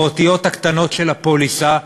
באותיות הקטנות של הפוליסה,